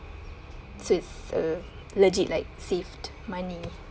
it's uh legit like saved money